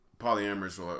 polyamorous